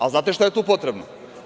Ali, znate šta je tu potrebno?